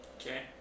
Okay